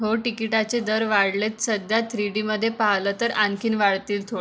हो टिकिटाचे दर वाढलेत सध्या थ्रीडीमध्ये पाहाल तर आणखीन वाढतील थोडे